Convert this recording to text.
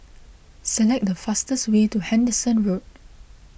select the fastest way to Henderson Road